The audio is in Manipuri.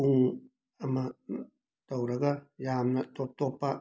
ꯄꯨꯡ ꯑꯃ ꯇꯧꯔꯒ ꯌꯥꯝꯅ ꯇꯣꯞ ꯇꯣꯞꯄ